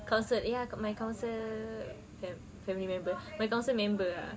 counsel ya my counsel family member my counsel member ah